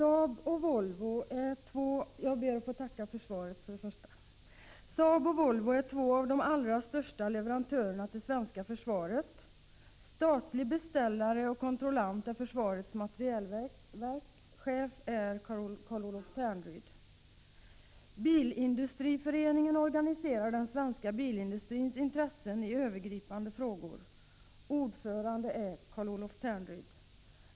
Herr talman! Jag ber att få tacka för svaret. Saab och Volvo är två av de allra största leverantörerna till det svenska försvaret. Statlig beställare och kontrollant är försvarets materielverk. Chef för försvarets materielverk är Carl-Olof Ternryd. Bilindustriföreningen organiserar den svenska bilindustrins intressen när det gäller övergripande frågor. Ordförande i Bilindustriföreningen är Carl-Olof Ternryd.